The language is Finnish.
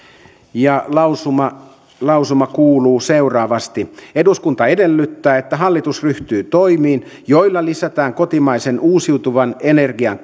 lausuma lausuma kuuluu seuraavasti eduskunta edellyttää että hallitus ryhtyy toimiin joilla lisätään kotimaisen uusiutuvan energian